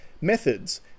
Methods